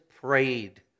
prayed